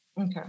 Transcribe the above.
Okay